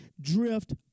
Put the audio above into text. drift